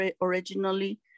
originally